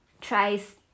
tries